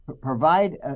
provide